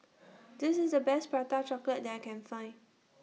This IS The Best Prata Chocolate that I Can Find